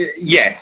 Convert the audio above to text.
Yes